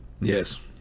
Yes